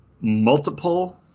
multiple